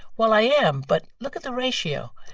well, i am, but look at the ratio.